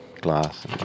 glass